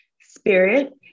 spirit